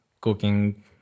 Cooking